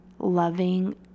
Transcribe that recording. loving